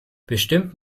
bestimmt